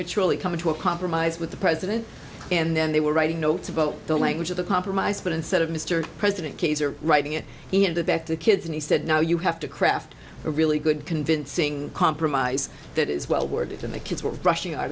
literally coming to a compromise with the president and then they were writing notes about the language of the compromise but instead of mr president kids are writing it in the back to kids and he said now you have to craft a really good convincing compromise that is well worth it and the kids were rushing out